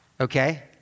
Okay